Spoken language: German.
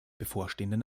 bevorstehenden